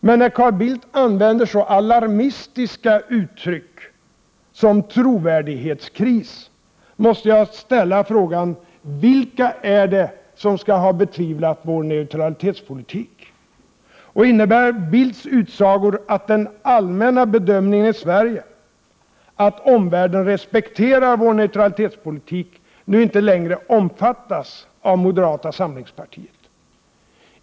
Men när Carl Bildt använder ett så, skulle jag vilja säga, alarmistiskt uttryck som trovärdighetskris måste jag ställa frågan: Vilka är det som skall ha betvivlat vår neutralitetspolitik? Innebär Bildts utsagor att den allmänna bedömningen i Sverige — att omvärlden respekterar vår neutralitetspolitik — nu inte längre omfattas av moderata samlingspartiet?